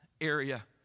area